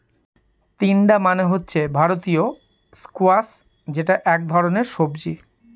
তিনডা মানে হচ্ছে ভারতীয় স্কোয়াশ যেটা এক ধরনের সবজি